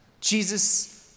Jesus